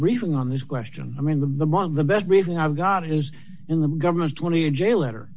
briefing on this question i mean the the best reason i've got is in the government's twenty year jail letter